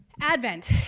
Advent